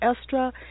Estra